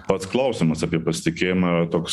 pats klausimas apie pasitikėjimą toks